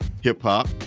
hip-hop